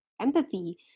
Empathy